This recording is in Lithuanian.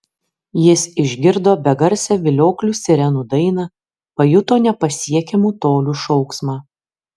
jis išgirdo begarsę vilioklių sirenų dainą pajuto nepasiekiamų tolių šauksmą